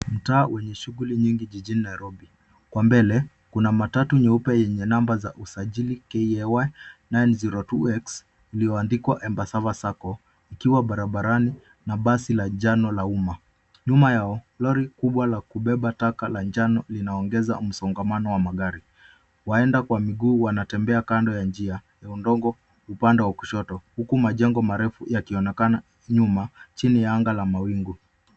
Mtaa wenye shughuli nyingi jijini Nairobi ,kwa mbele kuna matatu nyeupe yenye namba ya usajili KAY 902X,lililoandikwa embassava sacco, iikiwa barabarani na basi la njano la umma .Nyuma yao, lori kubwa la kubeba taka la njano ,linaongeza msongamano wa magari. Waenda kwa miguu wanatembea kando ya njia ya udongo. Upande wa kushoto, huku majengo marefu yakionekana nyuma chini ya anga la mawingu .